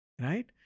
Right